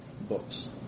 books